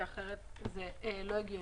כי אחרת זה לא הגיוני.